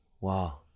Wow